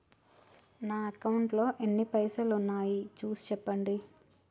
నా అకౌంట్లో ఎన్ని పైసలు ఉన్నాయి చూసి చెప్పండి?